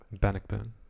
Bannockburn